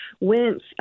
went